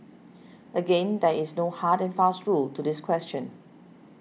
again there is no hard and fast rule to this question